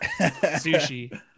sushi